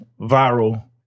viral